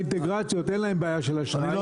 האינטגרציות אין להם בעיה של אשראי,